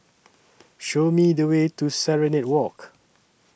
Show Me The Way to Serenade Walk